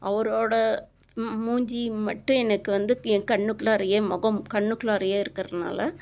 அவரோடய மூஞ்சி மட்டும் எனக்கு வந்து என் கண்ணுக்குள்ளாரயே முகம் கண்ணுக்குள்ளாரேயே இருக்கிறனால